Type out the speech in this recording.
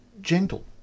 gentle